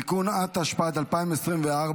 (תיקון), התשפ"ד 2024,